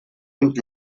und